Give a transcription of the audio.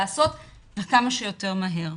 רק כדי לשתף את הנוכחים,